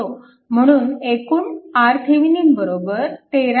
म्हणून एकूण RThevenin 13